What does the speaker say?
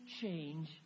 change